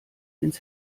ins